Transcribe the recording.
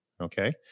okay